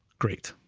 great.